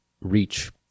reach